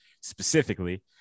specifically